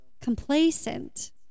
complacent